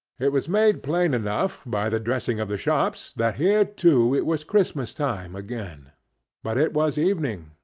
it was made plain enough, by the dressing of the shops, that here too it was christmas time again but it was evening,